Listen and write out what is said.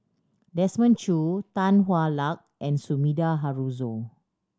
Desmond Choo Tan Hwa Luck and Sumida Haruzo